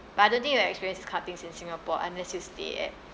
but I don't think you'll experience this kind of things in singapore unless you stay at